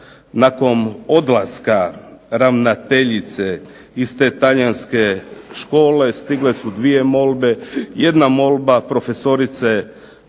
nakon odlaska ravnateljice iz te talijanske škole stigle su 2 molbe. Jedna molba prof.